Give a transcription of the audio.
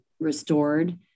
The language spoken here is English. restored